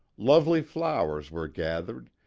lovely flowers were gathered,